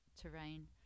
terrain